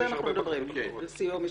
כן, על זה אנחנו מדברים, על סיוע משפטי.